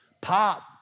Pop